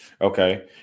Okay